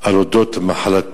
אני מודה לשר שבאמת בהודעה כל כך